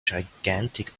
gigantic